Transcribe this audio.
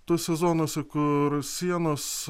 tose zonose kur sienos